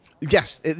Yes